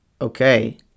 okay